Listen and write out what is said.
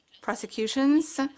Prosecutions